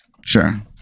Sure